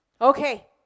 Okay